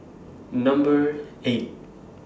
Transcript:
Number eight